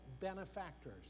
benefactors